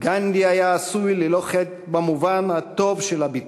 גנדי היה עשוי ללא חת במובן הטוב של הביטוי.